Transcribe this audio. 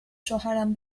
شوهرم